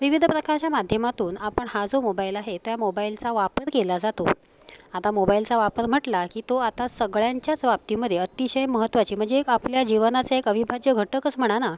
विविध प्रकारच्या माध्यमातून आपण हा जो मोबाईल आहे त्या मोबाईलचा वापर केला जातो आता मोबाईलचा वापर म्हटला की तो आता सगळ्यांच्याच बाबतीमध्ये अतिशय महत्वाचे म्हणजे एक आपल्या जीवनाचे एक अविभाज्य घटकच म्हणा ना